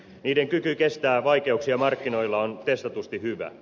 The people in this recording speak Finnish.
niiden kyky kestää vaikeuksia markkinoilla on testatusti hyvä